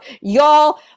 y'all